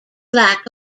lack